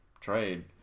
trade